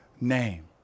name